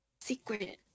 secret